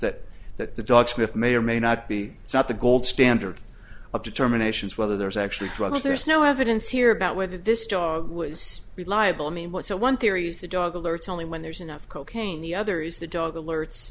that that the dog sniff may or may not be it's not the gold standard of determinations whether there's actually drugs there's no evidence here about whether this dog was reliable i mean what so one theory is the dog alerts only when there's enough cocaine the other is the dog